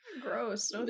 gross